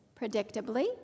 predictably